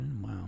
Wow